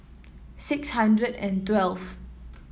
six hundred and twelve